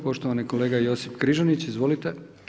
Poštovani kolega Josip Križanić, izvolite.